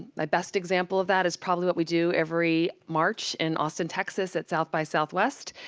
my best example of that is probably what we do every march in austin, texas at south by southwest.